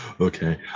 Okay